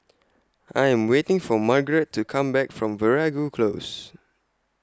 I Am waiting For Margarett to Come Back from Veeragoo Close